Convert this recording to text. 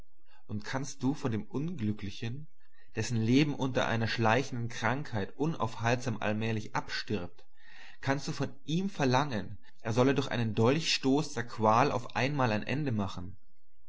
und kannst du von dem unglücklichen dessen leben unter einer schleichenden krankheit unaufhaltsam allmählich abstirbt kannst du von ihm verlangen er solle durch einen dolchstoß der qual auf einmal ein ende machen